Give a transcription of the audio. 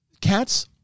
cats